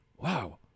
wow